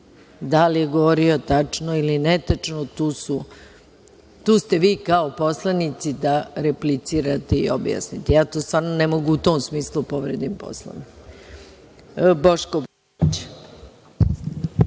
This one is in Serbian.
Da li je govorio tačno ili ne, tu ste vi kao poslanici da replicirate i objasnite. Ja stvarno ne mogu u tom smislu da povredim Poslovnik. Reč ima Boško